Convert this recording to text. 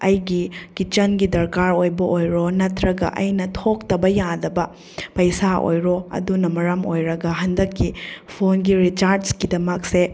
ꯑꯩꯒꯤ ꯀꯤꯆꯟꯒꯤ ꯗꯔꯀꯥꯔ ꯑꯣꯏꯕ ꯑꯣꯏꯔꯣ ꯅꯠꯇ꯭ꯔꯒ ꯑꯩꯅ ꯊꯣꯛꯇꯕ ꯌꯥꯗꯕ ꯄꯩꯁꯥ ꯑꯣꯏꯔꯣ ꯑꯗꯨꯅ ꯃꯔꯝ ꯑꯣꯏꯔꯒ ꯍꯟꯗꯛꯀꯤ ꯐꯣꯟꯒꯤ ꯔꯤꯆꯥꯔꯖꯀꯤꯗꯃꯛꯁꯦ